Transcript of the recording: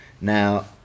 Now